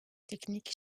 techniques